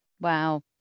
Wow